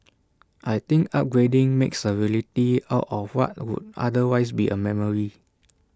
I think upgrading makes A reality out of what would otherwise be A memory